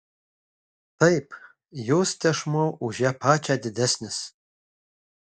taip jos tešmuo už ją pačią didesnis